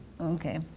Okay